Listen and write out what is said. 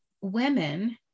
women